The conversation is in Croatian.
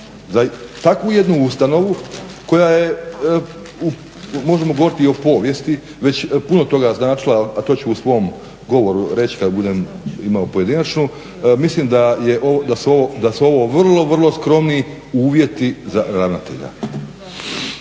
Za takvu jednu ustanovu koja je, možemo govoriti i o povijesti, već puno toga značila a to ću u svom govoru reći kad budem imao pojedinačnu. Mislim da su ovo vrlo, vrlo skromni uvjeti za ravnatelja.